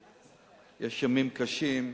יש ימים קשים,